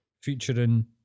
featuring